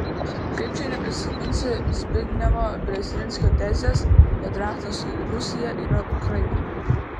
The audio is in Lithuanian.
kaip čia neprisiminsi zbignevo brzezinskio tezės kad raktas į rusiją yra ukraina